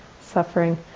suffering